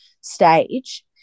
stage